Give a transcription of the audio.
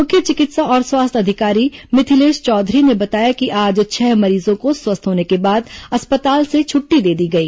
मुख्य चिकित्सा और स्वास्थ्य अधिकारी मिथिलेश चौधरी ने बताया कि आज छह मरीजों को स्वस्थ होने के बाद अस्पताल से छुट्टी दे दी गई